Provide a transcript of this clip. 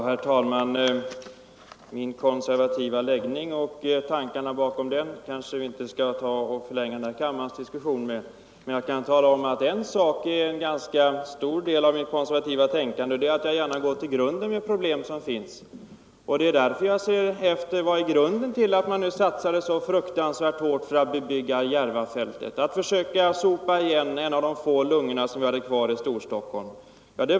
Herr talman! Min konservativa läggning och tankarna bakom den kanske vi inte bör förlänga diskussionen i kammaren med, men jag kan tala om en sak: en ganska stor fördel med mitt konservativa tänkande är att jag gärna går till grunden med de problem som finns. Det är därför som jag söker anledningen till att man satsade så fruktansvärt hårt på att bebygga Järvafältet och därmed täppa till en av de få lungor som fanns kvar i Storstockholmsområdet.